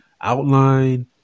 outline